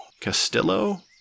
Castillo